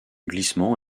glissement